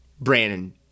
brandon